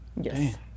Yes